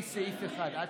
הציונות הדתית לסעיף 2 לא